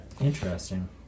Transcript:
Interesting